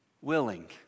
willing